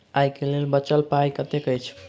आइ केँ लेल बचल पाय कतेक अछि?